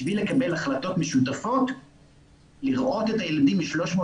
בשביל לקבל החלטות משותפות לראות את הילדים מ-360